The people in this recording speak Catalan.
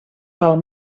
pel